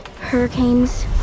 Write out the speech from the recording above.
hurricanes